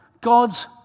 God's